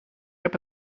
heb